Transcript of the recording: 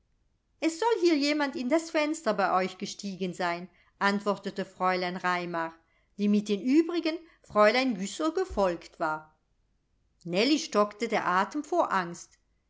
es soll hier jemand in das fenster bei euch gestiegen sein antwortete fräulein raimar die mit den übrigen fräulein güssow gefolgt war nellie stockte der atem vor angst